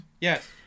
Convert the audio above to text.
Yes